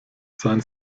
sein